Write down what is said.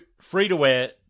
free-to-wear